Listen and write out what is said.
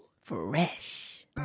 Fresh